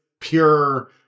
pure